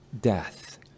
death